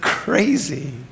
Crazy